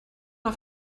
auf